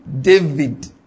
David